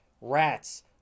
rats